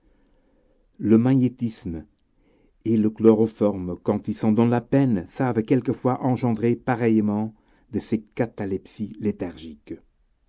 le magnétisme et le chloroforme quand ils s'en donnent la peine savent quelquefois engendrer pareillement de ces catalepsies léthargiques